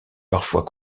parfois